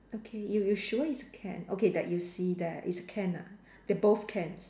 okay you you sure it's can okay that you see there is can ah they both cans